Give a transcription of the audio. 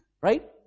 Right